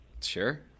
Sure